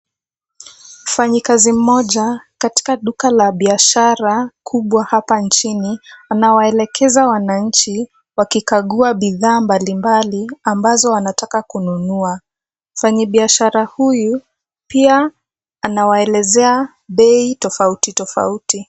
Mfanyikazi mmoja, katika duka la biashara kubwa, hapa nchini, anawaelekeza wananchi wakikagua bidhaa mbalimbali, ambazo wanataka kununua. Mfanyibiashara huyu pia anawaelezea bei tofauti tofauti.